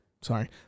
sorry